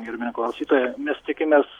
gerbiami klausytojai mes tikimės